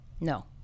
No